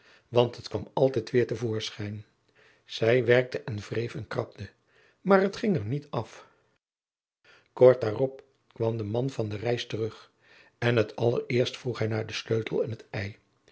want het kwam altijd weêr te voorschijn zij werkte en wreef en krabde maar het ging er niet af kort daarop kwam de man van de reis terug en het allereerst vroeg hij naar den sleutel en het